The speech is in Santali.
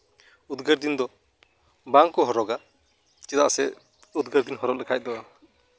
ᱩᱫᱽᱜᱟᱹᱨ ᱫᱤᱱ ᱫᱚ ᱵᱟᱝᱠᱚ ᱦᱚᱨᱚᱜᱟ ᱪᱮᱫᱟᱜ ᱥᱮ ᱩᱫᱽᱜᱟᱹᱨ ᱫᱤᱱ ᱦᱚᱨᱚᱜ ᱞᱮᱠᱷᱟᱱ ᱫᱚ